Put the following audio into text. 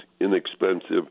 inexpensive